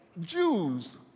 Jews